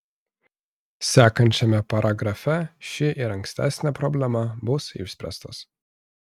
sekančiame paragrafe ši ir ankstesnė problema bus išspręstos